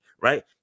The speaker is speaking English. right